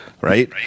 Right